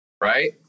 Right